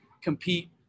compete